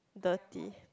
dirty